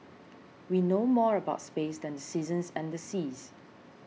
we know more about space than the seasons and the seas